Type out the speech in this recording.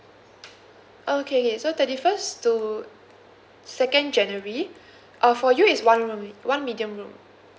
okay K so thirty first to second january uh for you is one room only one medium room